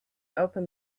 open